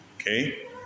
okay